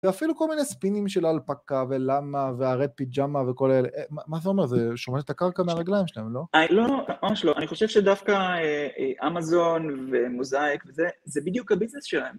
ואפילו כל מיני ספינים של אלפקה, ולמה, והרד פיג'אמה וכל אלה. מה אתה אומר? זה שומט את הקרקע מרגליים שלהם, לא? לא, ממש לא. אני חושב שדווקא אמזון ומוזייק, זה בדיוק הביזנס שלהם.